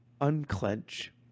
unclench